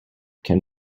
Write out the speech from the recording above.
can